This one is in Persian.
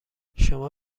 شما